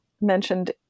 mentioned